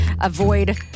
avoid